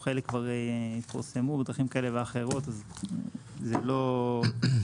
חלק כבר פורסמו בדרכים כאלה ואחרות, וזה לא סוד.